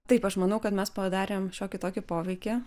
taip aš manau kad mes padarėm šiokį tokį poveikį